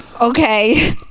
Okay